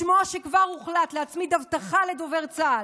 לשמוע שכבר הוחלט להצמיד אבטחה לדובר צה"ל,